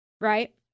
right